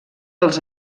els